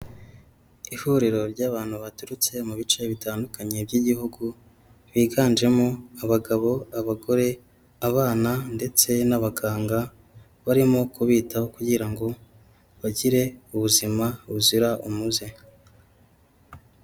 Ihuriro ry'abantu baturutse mu bice bitandukanye by'igihugu biganjemo abagabo, abagore abana ndetse n'abaganga barimo kubitaho kugira ngo bagire ubuzima buzira umuze.